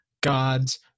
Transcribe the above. God's